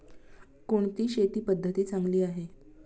कोणती शेती पद्धती चांगली आहे?